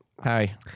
Hi